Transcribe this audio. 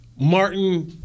Martin